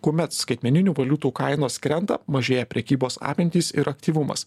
kuomet skaitmeninių valiutų kainos krenta mažėja prekybos apimtys ir aktyvumas